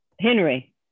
Henry